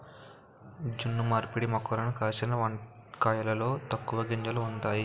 జన్యు మార్పిడి మొక్కలకు కాసిన వంకాయలలో తక్కువ గింజలు ఉంతాయి